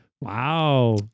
wow